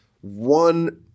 one